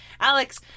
Alex